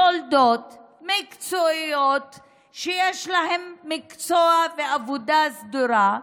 יולדות, שיש להן מקצוע ועבודה סדורה,